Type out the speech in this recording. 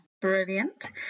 brilliant